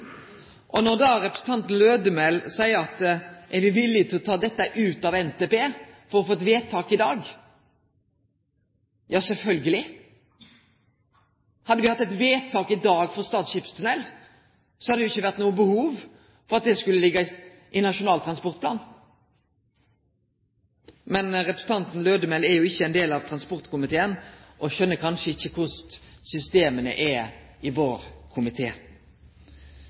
me når me da får moglegheita til å stemme for det som er det primære standpunktet vårt, lèt den moglegheita gå frå oss. Representanten Lødemel seier: Er me villige til å ta dette ut av NTP for å få eit vedtak i dag? Ja, sjølvsagt! Hadde me fått eit vedtak i dag for Stad skipstunnel, hadde det ikkje vore noko behov for at det skulle liggje i Nasjonal transportplan. Men representanten Lødemel er ikkje en del av transportkomiteen, og